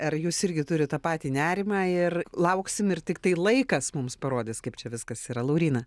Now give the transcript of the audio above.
ar jūs irgi turit tą patį nerimą ir lauksim ir tiktai laikas mums parodys kaip čia viskas yra lauryna